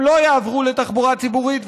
הם לא יעברו לתחבורה ציבורית,